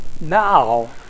now